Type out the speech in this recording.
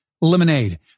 Lemonade